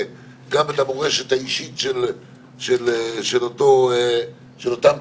גם את המורשת האישית של אותם צדיקים,